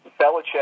Belichick